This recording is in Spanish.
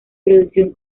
producción